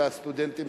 לסטודנטים,